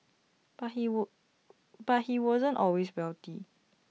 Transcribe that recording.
but he but he wasn't always wealthy